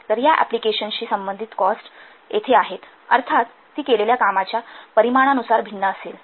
तर या अँप्लिकेशनशी संबंधित कॉस्ट येथे आहे अर्थात ती केलेल्या कामाच्या परिमाणानुसार भिन्न असेल